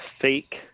fake